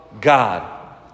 God